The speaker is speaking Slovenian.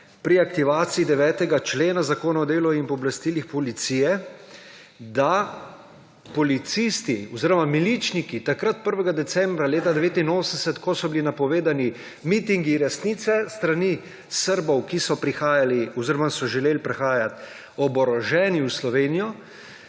pri aktivaciji 9. člena Zakona o delu in pooblastilih policije, da policisti oziroma miličniki takrat, 1. decembra leta 1989, ko so bili napovedani mitingi resnice s strani Srbov, ki so prihajali oziroma so želeli priti oboroženi v Slovenijo,